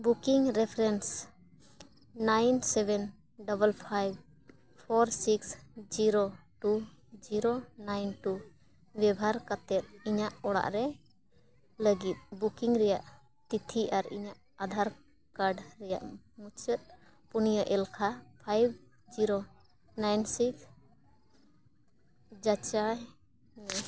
booking reference nine seven double five four six zero two zero nine two ᱵᱮᱵᱚᱦᱟᱨ ᱠᱟᱛᱮᱫ ᱤᱧᱟᱹᱜ ᱚᱲᱟᱜ ᱨᱮ ᱞᱟᱹᱜᱤᱫ ᱵᱩᱠᱤᱝ ᱨᱮᱭᱟᱜ ᱛᱤᱛᱷᱤ ᱟᱨ ᱤᱧᱟᱹᱜ ᱟᱫᱷᱟᱨ ᱠᱟᱨᱰ ᱨᱮᱭᱟᱜ ᱢᱩᱪᱟᱹᱫ ᱯᱩᱱᱤᱭᱟᱹ ᱮᱞᱠᱷᱟ ᱯᱷᱟᱭᱤᱷ ᱡᱤᱨᱳ ᱱᱟᱭᱤᱱ ᱥᱤᱠᱥ ᱡᱟᱪᱟᱭ ᱢᱮ